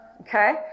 Okay